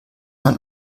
man